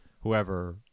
whoever